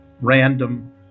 random